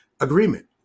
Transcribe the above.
agreement